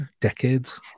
decades